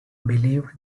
believed